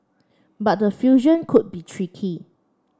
but the fusion could be tricky